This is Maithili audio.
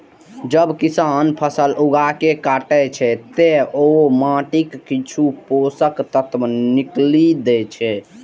जब किसान फसल उगाके काटै छै, ते ओ माटिक किछु पोषक तत्व निकालि दै छै